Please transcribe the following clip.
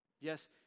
Yes